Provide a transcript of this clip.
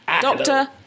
Doctor